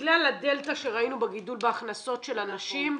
בגלל הדלתא שראינו בגידול בהכנסות של הנשים,